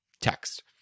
text